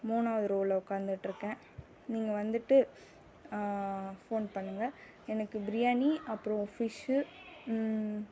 மூணாவது ரோவில் உட்காந்துட்ருக்கேன் நீங்கள் வந்துட்டு ஃபோன் பண்ணுங்கள் எனக்கு பிரியாணி அப்புறம் ஃபிஷ்ஷு